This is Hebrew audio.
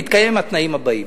בהתקיים התנאים הבאים",